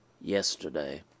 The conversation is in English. yesterday